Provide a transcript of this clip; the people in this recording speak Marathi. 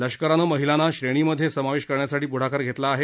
लष्करानं महिलांना श्रेणींमधे समावेश करण्यासाठी प्ढाकार घेतला आहे